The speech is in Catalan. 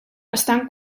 estan